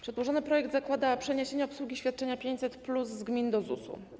Przedłożony projekt zakłada przeniesienie obsługi świadczenia 500+ z gmin do ZUS-u.